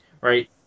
right